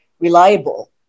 reliable